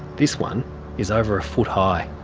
this one is over a foot high.